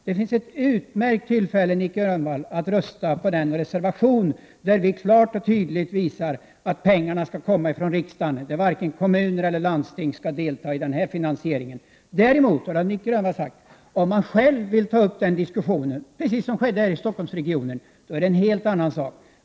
Det finns ett utmärkt tillfälle för Nic Grönvall att rösta på den reservation där vi klart och tydligt har visat att pengarna skall komma från riksdagen. Varken kommuner eller landsting skall delta i finansieringen. Om man däremot själv tar upp en diskussion, precis som har skett i Stockholmsregionen, är det en helt annan sak.